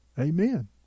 Amen